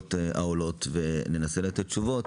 שאלות וננסה לתת תשובות.